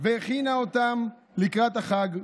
והכינה אותם לקראת החג.